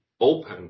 open